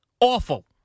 Awful